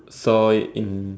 saw in